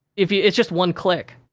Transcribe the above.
it's just one click.